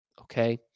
Okay